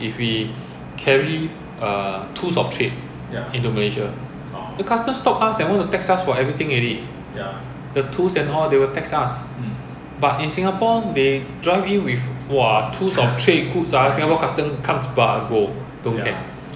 whatever lah maybe someone there got benefit for the light vendor lah I don't know then suddenly one day tell you need third brake light lah so if we don't have right